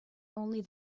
only